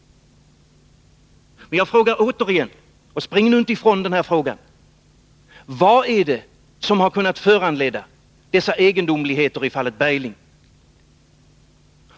Jag frågar återigen, och spring nu inte ifrån frågan: Vad är det som har kunnat föranleda egendomligheterna i fallet Bergling?